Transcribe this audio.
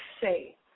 say